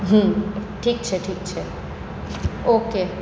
હં ઠીક છે ઠીક છે ઓકે